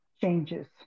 changes